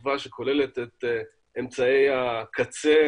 השכבה שכוללת את אמצעי הקצה